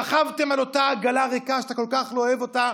רכבתם על אותה עגלה ריקה שאתה כל כך לא אוהב אותה.